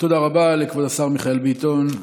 תודה רבה לכבוד השר מיכאל ביטון.